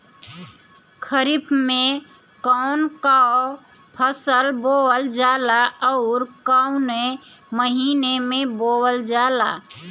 खरिफ में कौन कौं फसल बोवल जाला अउर काउने महीने में बोवेल जाला?